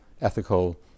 ethical